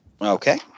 Okay